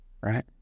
right